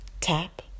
tap